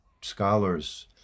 scholars